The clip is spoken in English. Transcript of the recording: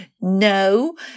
no